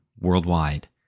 worldwide